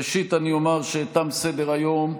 ראשית, אני אומר שתם סדר-היום,